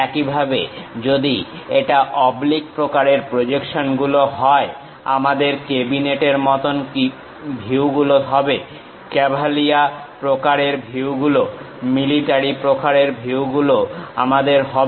একইভাবে যদি এটা অবলিক প্রকারের প্রজেকশন গুলো হয় আমাদের কেবিনেট এর মতন ভিউগুলো হবে ক্যাভালিয়া প্রকারের ভিউগুলো মিলিটারি প্রকারের ভিউগুলো আমাদের হবে